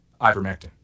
ivermectin